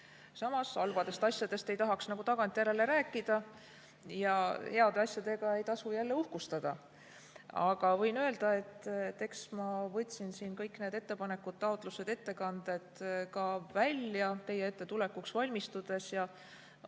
Samas, halbadest asjadest ei tahaks nagu tagantjärele rääkida, aga heade asjadega jälle ei tasu uhkustada. Võin öelda, et eks ma võtsin kõik need ettepanekud, taotlused, ettekanded välja teie ette tulekuks valmistudes.